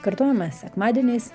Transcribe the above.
kartojama sekmadieniais